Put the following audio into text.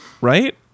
Right